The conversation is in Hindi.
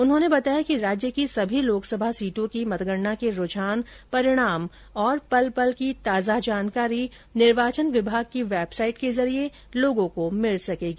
उन्होंने बताया कि राज्य की सभी लोकसभा सीटों की मतगणना के रूझान परिणाम और पल पल की ताजा जानकारी निर्वाचन विभाग की वेबसाइट के जरिए लोगों को मिल सकेगी